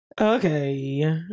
Okay